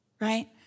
right